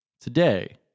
today